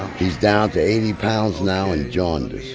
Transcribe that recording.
he's down to eighty pounds now and jaundiced.